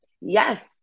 yes